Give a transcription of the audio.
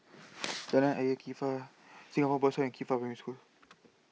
Jalan Ayer Qifa Singapore Boys and Qifa Primary School